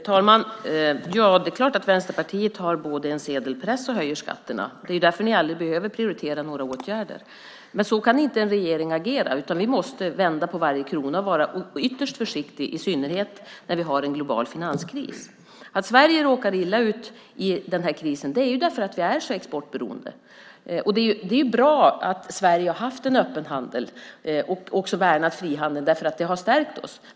Herr talman! Det är klart att Vänsterpartiet både har en sedelpress och höjer skatterna. Det är ju därför ni aldrig behöver prioritera några åtgärder. Men så kan inte en regering agera, utan vi måste vända på varje krona och vara ytterst försiktiga, i synnerhet när vi har en global finanskris. Att Sverige råkar i illa ut i den här krisen är för att vi är så exportberoende. Det är bra att Sverige har haft en öppen handel och också värnat frihandeln, därför att det har stärkt oss.